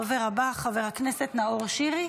הדובר הבא, חבר הכנסת נאור שירי.